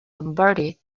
lombardi